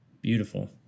Beautiful